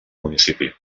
municipi